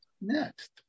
next